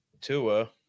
Tua